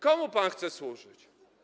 Komu pan chce służyć?